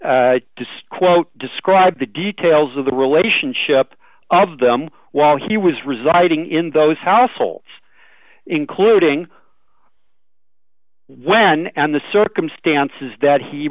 just quote describe the details of the relationship of them while he was residing in those households including when and the circumstances that he